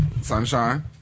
Sunshine